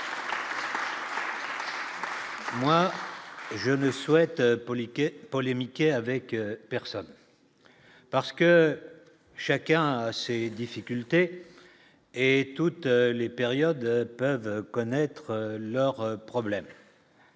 souhaite polémiquer polémiquer avec personne, parce que chacun a ses difficultés et toutes les périodes peuvent connaître leurs problèmes.